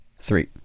three